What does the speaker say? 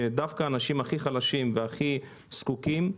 דווקא האנשים הכי חלשים והכי זקוקים,